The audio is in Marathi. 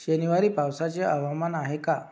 शनिवारी पावसाचे आवामान आहे का